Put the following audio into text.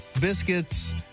biscuits